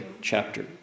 chapter